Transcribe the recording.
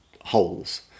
holes